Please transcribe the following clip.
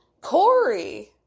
Corey